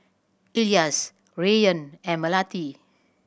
Elyas Rayyan and Melati